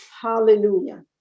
hallelujah